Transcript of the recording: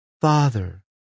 Father